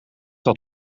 had